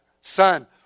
son